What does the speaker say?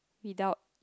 without